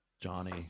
Johnny